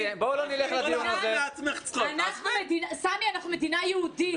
אנחנו מדינה יהודית.